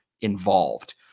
involved